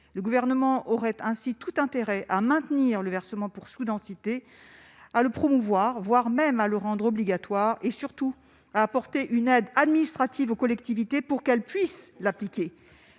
Le Gouvernement aurait ainsi tout intérêt à maintenir le versement pour sous-densité, à le promouvoir, voire à le rendre obligatoire, et surtout à apporter une aide administrative aux collectivités pour qu'elles puissent l'appliquer.